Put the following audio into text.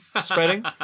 spreading